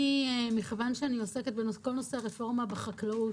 מכיוון שאני עוסקת בכל נושא הרפורמה בחקלאות,